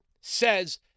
says